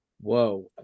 whoa